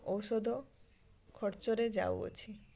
ଔଷଧ ଖର୍ଚ୍ଚରେ ଯାଉଅଛି